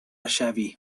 شوی